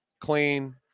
Clean